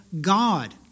God